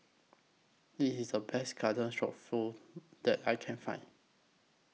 This IS The Best Garden Stroganoff that I Can Find